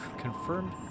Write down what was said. Confirmed